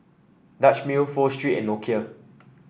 Dutch Mill Pho Street and Nokia